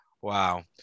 Wow